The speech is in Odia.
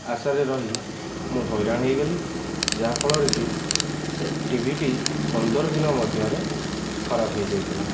ଆଶାରେ ରହି ମୁଁ ହଇରାଣ ହେଇଗଲି ଯାହାଫଳରେ କି ଟିଭିଟି ପନ୍ଦର ଦିନ ମଧ୍ୟରେ ଖରାପ ହେଇଯାଇଥିଲା